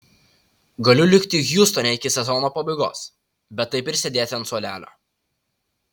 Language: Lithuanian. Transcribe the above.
galiu likti hjustone iki sezono pabaigos bet taip ir sėdėti ant suolelio